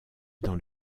dans